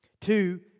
Two